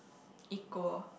equal